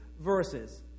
verses